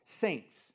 saints